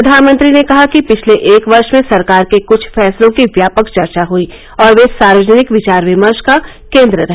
प्रधानमंत्री ने कहा कि पिछले एक वर्ष में सरकार के कुछ फैसलों की व्यापक चर्चा हुई और वे सार्वजनिक विचार विमर्श का केन्द्र रहे